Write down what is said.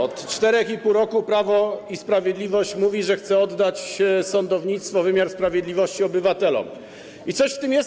Od 4,5 roku Prawo i Sprawiedliwość mówi, że chce oddać sądownictwo, wymiar sprawiedliwości obywatelom, i coś w tym jest.